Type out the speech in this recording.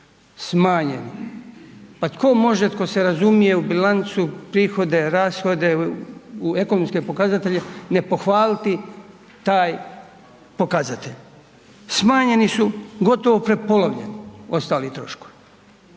smanjeni. Pa tko može tko se razumije u bilancu, prihode, rashode, u ekonomske pokazatelje, ne pohvaliti taj pokazatelj? Smanjeni su, gotovo prepolovljeni ostali troškovi.